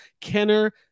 Kenner